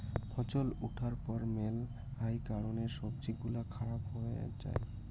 ফছল উঠার পর মেলহাই কারণে সবজি গুলা খারাপ হই যাই